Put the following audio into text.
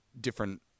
different